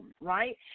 right